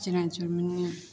चिड़ै चुनमुनी